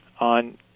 on